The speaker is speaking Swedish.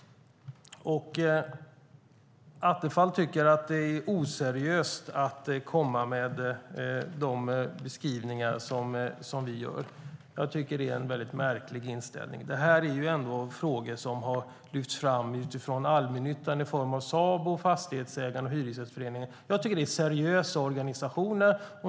Attefall tycker att det är oseriöst att komma med de beskrivningar som vi gör. Jag tycker att det är en mycket märklig inställning. Det här är ändå frågor som har lyfts fram från allmännyttan i form av Sabo, Fastighetsägarna och Hyresgästföreningen. Jag tycker att det är seriösa organisationer.